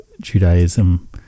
Judaism